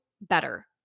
better